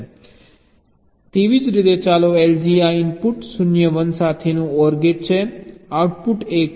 તેવી જ રીતે ચાલો LG આ ઇનપુટ 0 1 સાથેનો OR ગેટ છે આઉટપુટ 1 છે